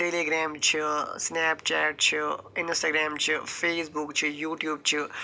ٹیلی gram چھُ Snapchat چھُ Instagram چھُ فیس بُک چھُ یوٗ ٹیوب چھُ